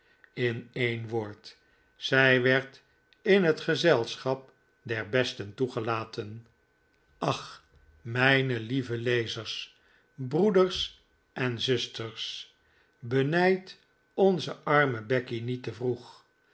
in een woord zij werd in het gezelschap der besten toegelaten ach mijn lieve lezers broers en zusters benijdt onze arme becky niet te vroeg